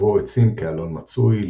ובו עצים כאלון מצוי,